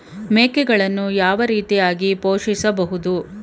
ಮೇಕೆಗಳನ್ನು ಯಾವ ರೀತಿಯಾಗಿ ಪೋಷಿಸಬಹುದು?